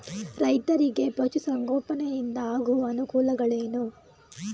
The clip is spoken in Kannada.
ರೈತರಿಗೆ ಪಶು ಸಂಗೋಪನೆಯಿಂದ ಆಗುವ ಅನುಕೂಲಗಳೇನು?